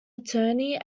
attorney